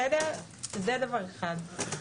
זה דבר אחד.